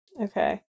Okay